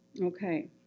okay